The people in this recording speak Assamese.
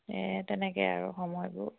এই তেনেকৈ আৰু সময়বোৰ